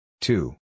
two